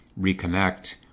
reconnect